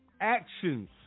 actions